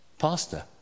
pastor